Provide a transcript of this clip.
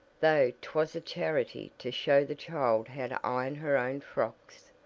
though twas a charity to show the child how to iron her own frocks.